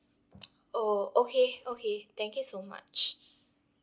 oh okay okay thank you so much